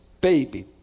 baby